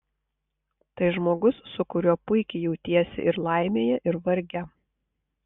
tai žmogus su kuriuo puikiai jautiesi ir laimėje ir varge